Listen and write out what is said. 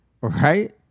Right